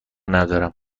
ندارم